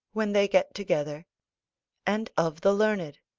when they get together and of the learned,